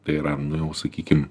tai yra nu jau sakykim